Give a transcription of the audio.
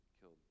killed